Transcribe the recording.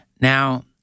Now